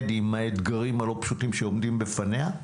עם האתגרים הלא פשוטים שעומדים לפניה.